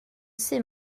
sydd